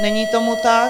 Není tomu tak.